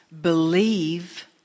believe